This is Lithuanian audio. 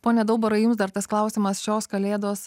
pone daubarai jums dar tas klausimas šios kalėdos